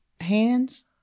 hands